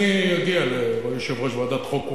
אני אגיע ליושב-ראש ועדת חוקה,